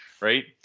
Right